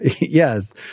Yes